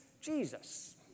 Jesus